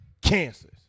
cancers